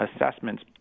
assessments